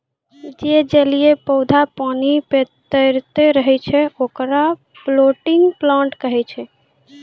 जे जलीय पौधा पानी पे तैरतें रहै छै, ओकरा फ्लोटिंग प्लांट कहै छै